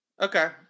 Okay